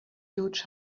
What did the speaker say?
huge